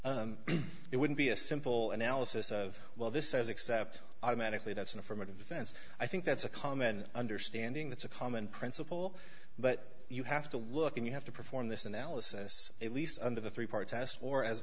it wouldn't be a simple analysis of well this is except automatically that's an affirmative defense i think that's a common understanding that's a common principle but you have to look if you have to perform this analysis at least under the three part test or as